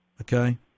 Okay